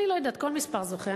אני לא יודעת, כל מספר זוכה.